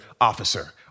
officer